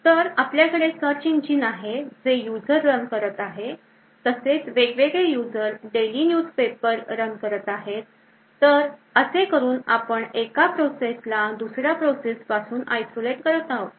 तर आपल्याकडे search engine आहे जे युजर रन करत आहे तसेच वेगवेगळे user daily news paper run करत आहेत तर असे करून आपण एका प्रोसेसला दुसऱ्या प्रोसेस पासून isolate करत आहोत